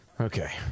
Okay